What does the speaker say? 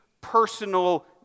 personal